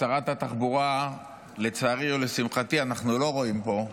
את שרת התחבורה לצערי או לשמחתי אנחנו לא רואים פה,